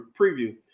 preview